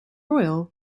royal